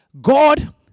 God